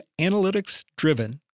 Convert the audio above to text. analytics-driven